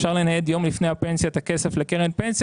אפשר לנייד יום לפני הפנסיה את הכסף לקרן פנסיה